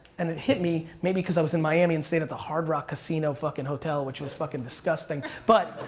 and it hit me, maybe cause i was in miami and stayed at the hard rock casino fucking hotel which was fucking disgusting. but